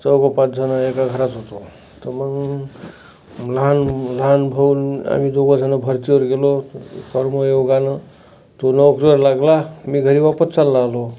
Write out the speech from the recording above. चौघं पाचजणं एका घरात होतो तर मग लहान लहान भाऊ न आम्ही दोघजणं भरतीवर गेलो कर्मयोगानं तो नोकरीवर लागला मी घरी वापस चालला आलो